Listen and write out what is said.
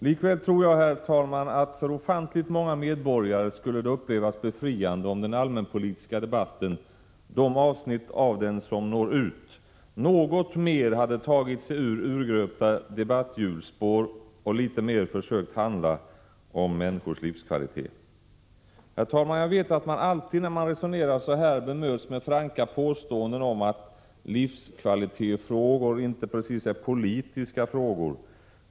Likväl tror jag, herr talman, att det för ofantligt många medborgare skulle upplevas befriande, om den allmänpolitiska debatten, de avsnitt av den som når ut, något mer hade tagit sig ur urgröpta debatthjulspår och om man något mer hade försökt avhandla människors livskvalitet. Herr talman! Jag vet att man alltid, när man resonerar så här, bemöts med franka påståenden om att livskvalitetsfrågor inte precis är politiska frågor.